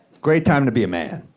great time to be a man,